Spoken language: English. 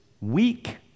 weak